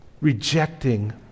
rejecting